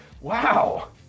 wow